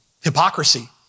hypocrisy